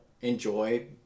enjoy